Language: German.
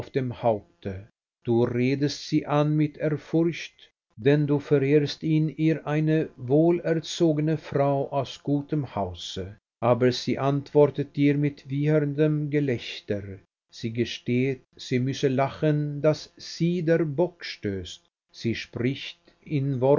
haupte du redest sie an mit ehrfurcht denn du verehrst in ihr eine wohlerzogene frau aus gutem hause aber sie antwortet dir mit wieherndem gelächter sie gesteht sie müsse lachen daß sie der bock stößt sie spricht in